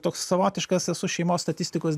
toks savotiškas esu šeimos statistikos